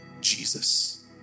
Jesus